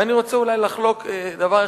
ואני רוצה אולי לחלוק דבר,